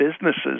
businesses